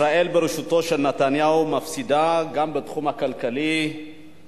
ישראל בראשותו של נתניהו מפסידה גם בתחום הכלכלי-חברתי,